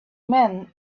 man